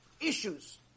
issues